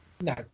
no